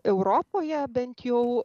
europoje bent jau